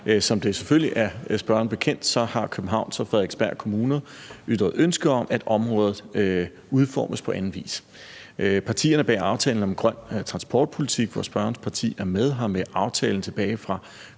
som det selvfølgelig er spørgeren bekendt, har Københavns og Frederiksberg Kommuner ytret ønske om, at området udformes på anden vis. Partierne bag aftalen om en grøn transportpolitik, hvor spørgerens parti er med, har med aftalen tilbage fra